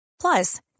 Plus